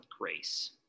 grace